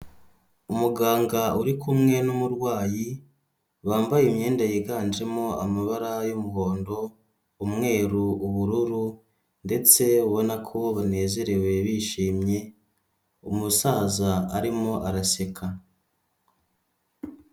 Umuganga uri kumwe n'umurwayi bambaye imyenda yiganjemo amabara y'umuhondo, umweru, ubururu ndetse ubona ko banezerewe bishimye umusaza arimo araseka.